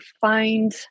find